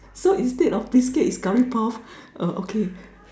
so instead of biscuit is Curry puff err okay